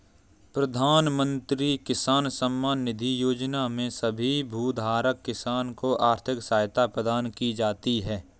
प्रधानमंत्री किसान सम्मान निधि योजना में सभी भूधारक किसान को आर्थिक सहायता प्रदान की जाती है